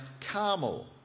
Carmel